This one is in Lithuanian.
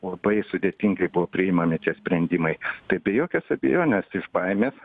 labai sudėtingai buvo priimami čia sprendimai tai be jokios abejonės iš baimės